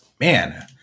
Man